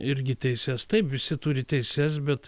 irgi teises taip visi turi teises bet